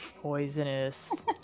Poisonous